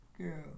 girl